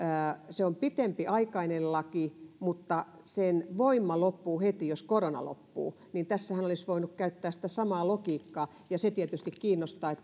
se on pitempiaikainen laki mutta sen voima loppuu heti jos korona loppuu tässähän olisi voinut käyttää sitä samaa logiikkaa ja se tietysti kiinnostaa